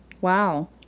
Wow